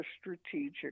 strategic